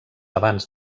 abans